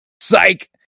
psych